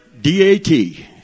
D-A-T